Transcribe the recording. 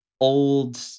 old